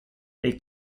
they